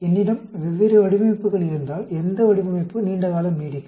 என்னிடம் வெவ்வேறு வடிவமைப்புகள் இருந்தால் எந்த வடிவமைப்பு நீண்ட காலம் நீடிக்கும்